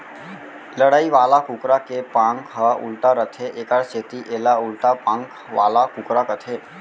लड़ई वाला कुकरा के पांख ह उल्टा रथे एकर सेती एला उल्टा पांख वाला कुकरा कथें